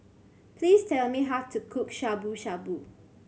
please tell me how to cook Shabu Shabu